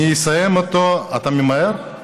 אתה ממהר?